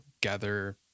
gather